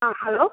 ஆ hello